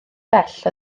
bell